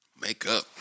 Makeup